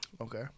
Okay